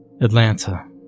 Atlanta